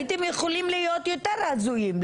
הייתם יכולים להיות יותר הזויים,